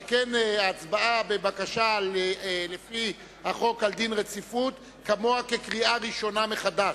שכן הצבעה בבקשה לפי החוק על החלת דין רציפות כמוה כקריאה ראשונה מחדש.